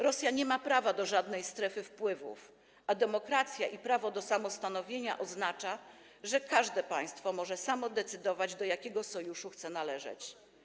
Rosja nie ma prawa do żadnej strefy wpływów, a demokracja i prawo do samostanowienia oznaczają, że każde państwo może samo decydować, do jakiego sojuszu chce należeć.